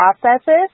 processes